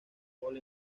gol